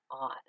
odd